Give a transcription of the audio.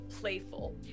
playful